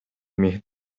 міг